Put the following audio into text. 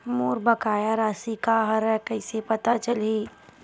मोर बकाया राशि का हरय कइसे पता चलहि?